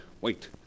Wait